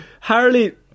Harley